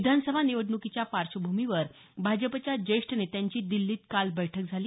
विधानसभा निवडणुकीच्या पार्श्वभूमीवर भाजपाच्या ज्येष्ठ नेत्यांची दिल्लीत काल बैठक झाली